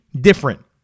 different